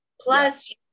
Plus